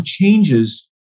changes